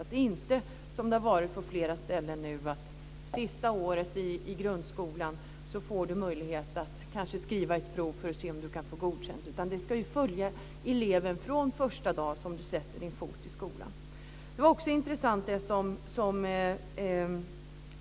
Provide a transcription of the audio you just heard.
Det ska inte vara så, som det har varit på flera ställen, att du sista året i grundskolan får möjlighet att skriva ett prov för att se om du får godkänt. Detta ska följa eleven från första dagen eleven sätter sin fot i skolan. Det var intressant att